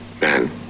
Man